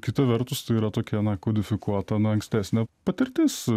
kita vertus tai yra tokia na kodifikuota ankstesnė patirtis